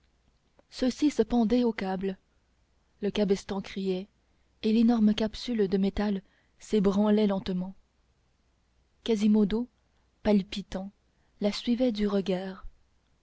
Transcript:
ceux-ci se pendaient aux câbles le cabestan criait et l'énorme capsule de métal s'ébranlait lentement quasimodo palpitant la suivait du regard